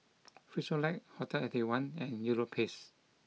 Frisolac Hotel Eighty One and Europace